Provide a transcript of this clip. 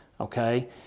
Okay